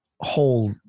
whole